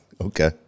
Okay